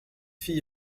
fille